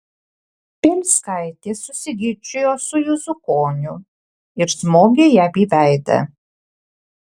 bielskaitė susiginčijo su juzukoniu ir smogė jam į veidą